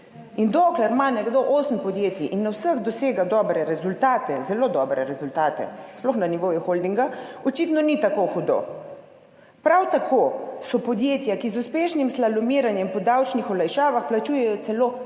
dokler ima nekdo osem podjetij in na vseh dosega dobre rezultate, zelo dobre rezultate, sploh na nivoju holdinga, očitno ni tako hudo. Prav tako so podjetja, ki z uspešnim slalomiranjem po davčnih olajšavah plačujejo celo